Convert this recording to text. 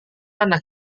anak